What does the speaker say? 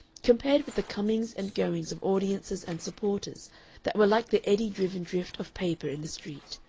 compared with the comings and goings of audiences and supporters that were like the eddy-driven drift of paper in the street,